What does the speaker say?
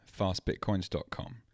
FastBitcoins.com